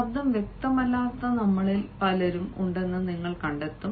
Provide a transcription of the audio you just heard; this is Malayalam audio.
ശബ്ദം വ്യക്തമല്ലാത്ത നമ്മളിൽ പലരും ഉണ്ടെന്ന് നിങ്ങൾ കണ്ടെത്തും